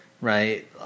right